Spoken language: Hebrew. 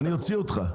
אני אוציא אותך.